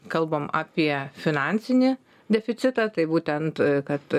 kalbam apie finansinį deficitą tai būtent kad